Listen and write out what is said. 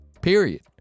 period